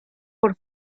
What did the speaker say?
por